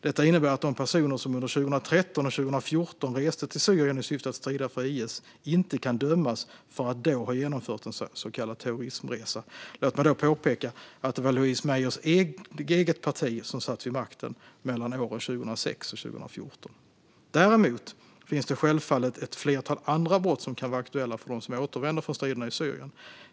Detta innebär att de personer som under 2013 och 2014 reste till Syrien i syfte att strida för IS inte kan dömas för att då ha genomfört en så kallad terrorismresa. Låt mig då påpeka att det var Louise Meijers eget parti som satt vid makten mellan åren 2006 och 2014. Däremot finns det självfallet ett flertal andra brott som kan vara aktuella för dem som återvänder från striderna i Syrien.